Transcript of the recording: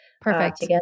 Perfect